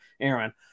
Aaron